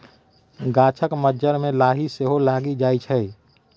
गाछक मज्जर मे लाही सेहो लागि जाइ छै